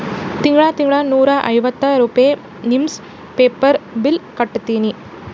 ತಿಂಗಳಾ ತಿಂಗಳಾ ನೂರಾ ಐವತ್ತ ರೂಪೆ ನಿವ್ಸ್ ಪೇಪರ್ ಬಿಲ್ ಕಟ್ಟತ್ತಿನಿ